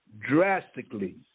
drastically